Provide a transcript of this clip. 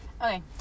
okay